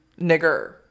nigger